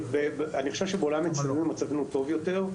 בעולם האצטדיונים מצבנו טוב יותר.